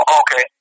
okay